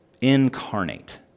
Incarnate